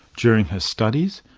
during her studies,